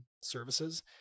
services